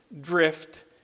drift